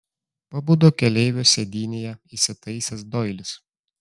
pabudo keleivio sėdynėje įsitaisęs doilis